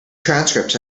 transcripts